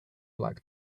black